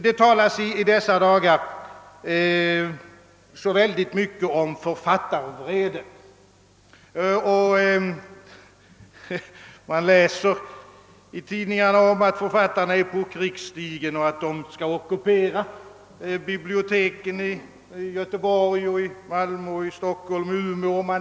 Det talas i dessa dagar så mycket om författarvrede, och man läser i tidningarna om att författarna är på krigsstigen och skall ockupera biblioteken i Göteborg, Malmö, Stockholm och Umeå.